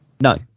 No